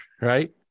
right